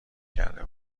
کرده